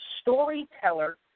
storyteller